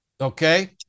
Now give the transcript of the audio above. okay